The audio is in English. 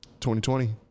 2020